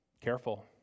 Careful